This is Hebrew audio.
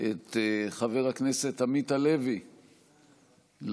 את חבר הכנסת עמית הלוי לשאת,